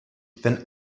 wenn